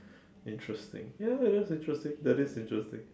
interesting ya that's interesting that is interesting